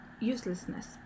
uselessness